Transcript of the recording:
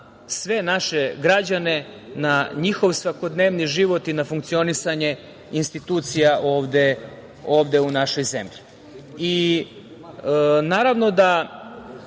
sve naše građane, na njihov svakodnevni život i na funkcionisanje institucija ovde u našoj zemlji. Naravno da